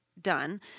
done